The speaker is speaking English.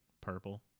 purple